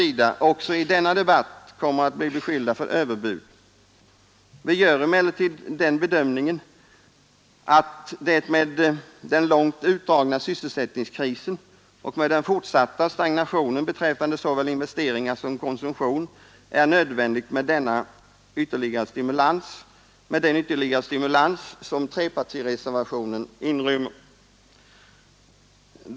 Vi gör emellertid den bedömningen att det rvanterna även i denna debatt kommer att med den långt utdragna sysselsättningskrisen och med den fortsatta stagnationen beträffande såväl investeringar som konsumtion är nödvändigt med den ytterligare stimulans som trepartireservationen syftar till att åstadkomma.